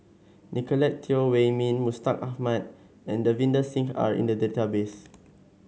Nicolette Teo Wei Min Mustaq Ahmad and Davinder Singh are in the database